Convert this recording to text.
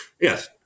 yes